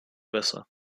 besser